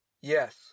Yes